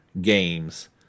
games